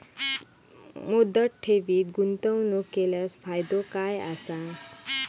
मुदत ठेवीत गुंतवणूक केल्यास फायदो काय आसा?